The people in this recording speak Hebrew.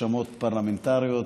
רשמות פרלמנטריות,